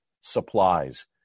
supplies